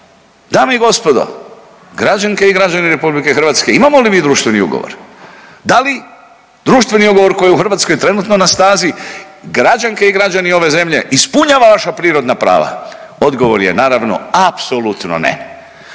dame i gospodo, građanke i građani RH imamo li mi društveni ugovor? Da li društveni ugovor koji je u Hrvatskoj trenutno na snazi građanke i građani ove zemlje ispunjava vaša prirodna prava? Odgovor je naravno apsolutno ne.